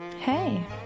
Hey